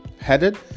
headed